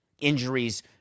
injuries